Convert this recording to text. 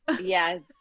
Yes